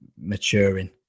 maturing